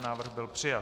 Návrh byl přijat.